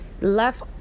left